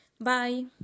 Bye